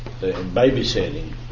babysitting